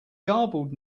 garbled